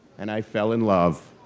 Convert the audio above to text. and i fell in love.